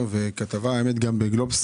וגם בגלובס